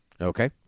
Okay